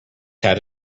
had